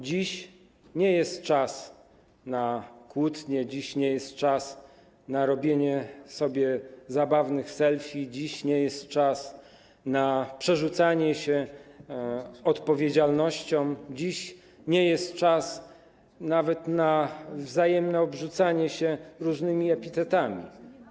Dziś nie jest czas na kłótnie, dziś nie jest czas na robienie sobie zabawnych selfie, dziś nie jest czas na przerzucanie się odpowiedzialnością, dziś nie jest czas nawet na wzajemne obrzucanie się różnymi epitetami.